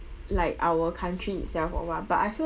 like our country itself or what but I feel